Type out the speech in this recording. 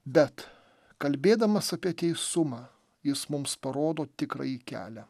bet kalbėdamas apie teisumą jis mums parodo tikrąjį kelią